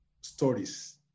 stories